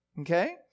okay